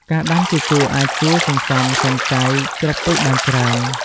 ការដាំជាជួរអាចជួយសន្សំសំចៃគ្រាប់ពូជបានច្រើន។